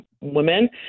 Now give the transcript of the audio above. women